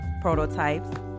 prototypes